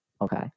Okay